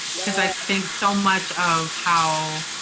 because i think so much of how,